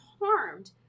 harmed